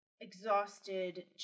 exhausted